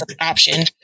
option